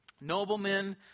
noblemen